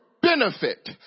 Benefit